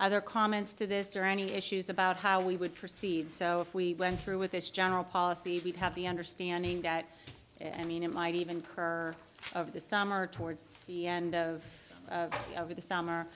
other comments to this or any issues about how we would proceed so if we went through with this general policy we'd have the understanding that i mean it might even her of the summer towards the end of over the summer